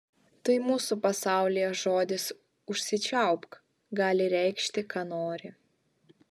tai mūsų pasaulyje žodis užsičiaupk gali reikšti ką nori